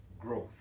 growth